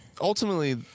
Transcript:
ultimately